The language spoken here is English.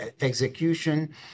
execution